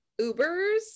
Ubers